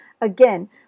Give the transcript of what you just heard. again